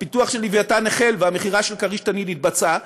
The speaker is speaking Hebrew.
והפיתוח של "לווייתן" החל והמכירה של "כריש-תנין" התבצעה,